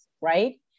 right